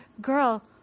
girl